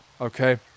Okay